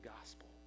gospel